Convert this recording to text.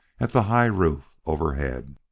at the high roof overhead.